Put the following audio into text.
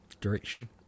direction